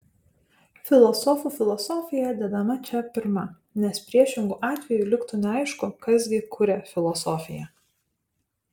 filosofų filosofija dedama čia pirma nes priešingu atveju liktų neaišku kas gi kuria filosofiją